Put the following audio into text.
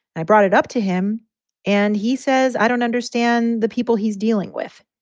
i brought it up to him and he says, i don't understand the people he's dealing with.